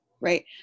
right